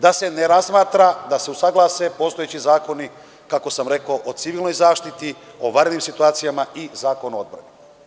Da se ne razmatra, da se usaglase postojeći zakoni kako sam rekao, o civilnoj zaštiti, o vanrednim situacijama i Zakon o odbrani.